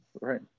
Right